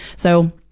so,